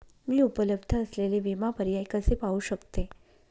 मी उपलब्ध असलेले विमा पर्याय कसे पाहू शकते?